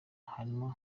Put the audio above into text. harimo